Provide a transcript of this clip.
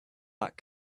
back